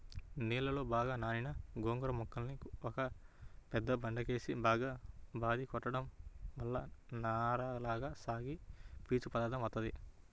నీళ్ళలో బాగా నానిన గోంగూర మొక్కల్ని ఒక పెద్ద బండకేసి బాగా బాది కొట్టడం వల్ల నారలగా సాగి పీచు పదార్దం వత్తది